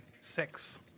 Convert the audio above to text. Six